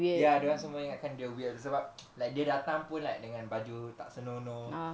ya dia orang semua ingatkan dia weird sebab like dia datang pun like dengan baju tak senonoh